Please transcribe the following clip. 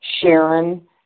Sharon